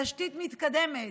תשתית מתקדמת,